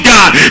God